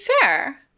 fair